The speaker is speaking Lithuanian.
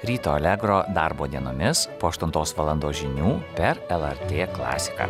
ryto allegro darbo dienomis po aštuntos valandos žinių per lrt klasiką